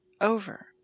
over